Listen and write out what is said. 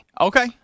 Okay